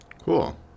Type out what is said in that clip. Cool